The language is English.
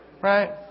Right